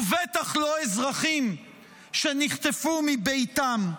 ובטח לא אזרחים שנחטפו מביתם.